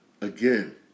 Again